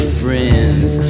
friends